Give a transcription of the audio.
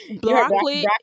broccoli